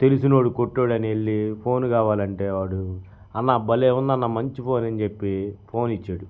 తెలిసినవాడు కొట్టువాడు అని వెళ్లి ఫోన్ కావాలంటే వాడు అన్న భలే ఉంది అన్న మంచి ఫోన్ అని చెప్పి ఫోన్ ఇచ్చాడు